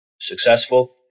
successful